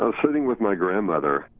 ah sitting with my grandmother,